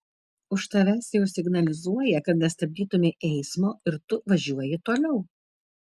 už tavęs jau signalizuoja kad nestabdytumei eismo ir tu važiuoji toliau